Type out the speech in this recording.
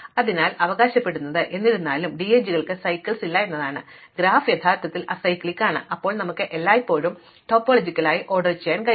അതിനാൽ ഞങ്ങൾ അവകാശപ്പെടുന്നത് എന്നിരുന്നാലും DAG കൾക്ക് സൈക്കിൾ ഇല്ല എന്നതാണ് ഗ്രാഫ് യഥാർത്ഥത്തിൽ അസൈക്ലിക്ക് ആണ് അപ്പോൾ നമുക്ക് എല്ലായ്പ്പോഴും ടോപ്പോളജിക്കലായി ഓർഡർ ചെയ്യാൻ കഴിയും